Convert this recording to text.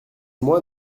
moi